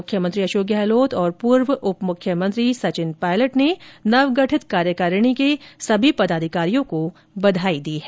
मुख्यमंत्री अशोक गहलोत और पूर्व उप मुख्यमंत्री सचिन पायलट ने नवगठित कार्यकारिणी के सभी पदाधिकारियों को बधाई दी हैं